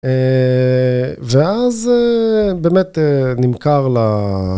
ואז באמת נמכר לה.